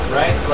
right